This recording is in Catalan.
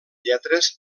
lletres